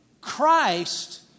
Christ